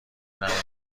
نمایندگی